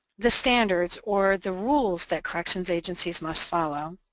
the standards, or the rules that corrections agencies must follow,